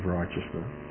righteousness